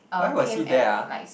why was he there ah